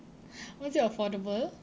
was it affordable